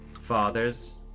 fathers